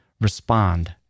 respond